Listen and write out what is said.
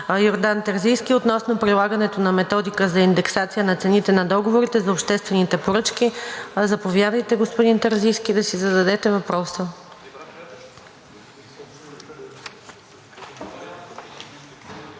Йордан Терзийски относно прилагането на методика за индексация на цените на договорите за обществените поръчки. Заповядайте, господин Терзийски, да си зададете въпроса.